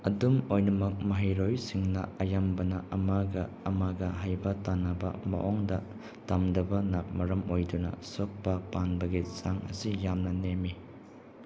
ꯑꯗꯨꯝ ꯑꯣꯏꯅꯃꯛ ꯃꯍꯩꯔꯣꯏꯁꯤꯡꯅ ꯑꯌꯥꯝꯕꯅ ꯑꯃꯒ ꯑꯃꯒ ꯍꯩꯕ ꯇꯥꯟꯅꯕ ꯃꯑꯣꯡꯗ ꯇꯝꯗꯕꯅ ꯃꯔꯝ ꯑꯣꯏꯗꯨꯅ ꯁꯣꯛꯄ ꯄꯟꯕꯒꯤ ꯆꯥꯡ ꯑꯁꯤ ꯌꯥꯝꯅ ꯅꯦꯝꯃꯤ